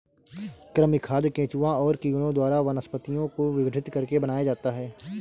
कृमि खाद केंचुआ और कीड़ों द्वारा वनस्पतियों को विघटित करके बनाया जाता है